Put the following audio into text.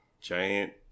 giant